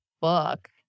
book